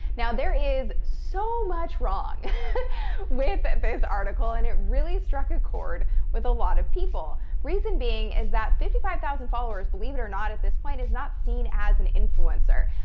now, there is so much wrong with but this article, and it really struck a chord with a lot of people. reason being is that fifty five thousand followers, believe it or not at this point, is not seen as an influencer.